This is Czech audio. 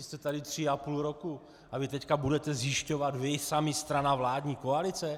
Jste tady tři a půl roku a vy teď budete zjišťovat, vy sami, strana, vládní koalice?